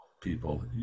people